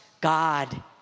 God